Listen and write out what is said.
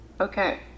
Okay